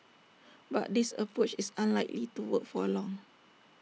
but this approach is unlikely to work for long